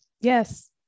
Yes